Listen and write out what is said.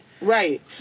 Right